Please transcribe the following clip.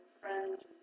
friends